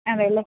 അതെയല്ലെ